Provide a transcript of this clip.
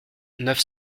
neuf